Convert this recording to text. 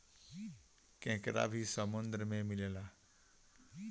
केकड़ा भी समुन्द्र में मिलेला